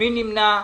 מי נמנע?